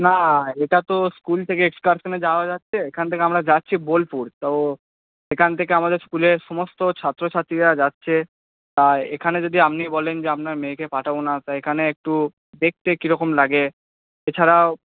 না এটা তো স্কুল থেকে এক্সকারশানে যাওয়া যাচ্ছে এখান থেকে আমরা যাচ্ছি বোলপুর তো এখান থেকে আমাদের স্কুলের সমস্ত ছাত্রছাত্রীরা যাচ্ছে তাই এখানে যদি আপনি বলেন যে আপনার মেয়েকে পাঠাব না তা এখানে একটু দেখতে কীরকম লাগে এছাড়াও